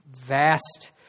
vast